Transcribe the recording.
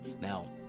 Now